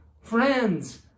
friends